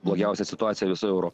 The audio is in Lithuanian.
blogiausia situacija visoje euro